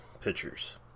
Pictures